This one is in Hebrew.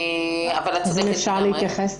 את צודקת בדבריך.